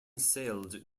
sailed